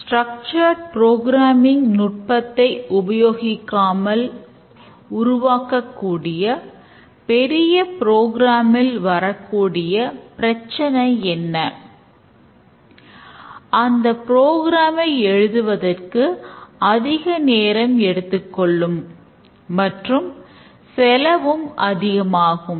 ஸ்டிரக்சரட் programming ஐ எழுதுவதற்கு அதிக நேரம் எடுத்துக் கொள்ளும் மற்றும் செலவும் அதிகமாகும்